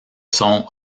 sont